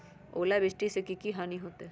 ओलावृष्टि से की की हानि होतै?